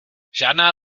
žádná